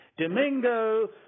Domingo